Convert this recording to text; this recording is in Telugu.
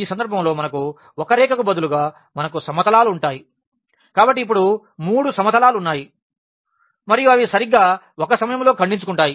ఈ సందర్భంలో మనకు ఒక రేఖకు బదులుగా మనకు సమతలాలు ఉంటాయి ఇక్కడ మూడు సమతలాలు ఉన్నాయి మరియు అవి సరిగ్గా ఒక సమయంలో ఖండించుకుంటాయి